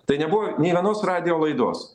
tai nebuvo nė vienos radijo laidos